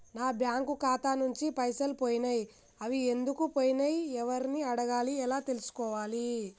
నా బ్యాంకు ఖాతా నుంచి పైసలు పోయినయ్ అవి ఎందుకు పోయినయ్ ఎవరిని అడగాలి ఎలా తెలుసుకోవాలి?